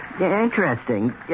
interesting